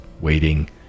waiting